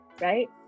right